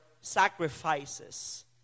sacrifices